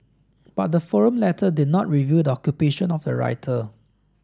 but the forum letter did not reveal the occupation of the writer